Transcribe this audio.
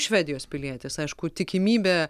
švedijos pilietis aišku tikimybė